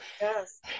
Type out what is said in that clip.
Yes